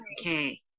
okay